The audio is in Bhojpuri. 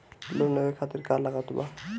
लोन लेवे खातिर का का लागत ब?